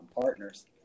partners